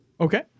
Okay